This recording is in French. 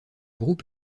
groupe